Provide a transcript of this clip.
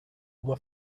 oma